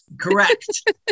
Correct